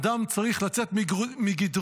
אדם צריך לצאת מגדרו,